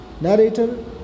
Narrator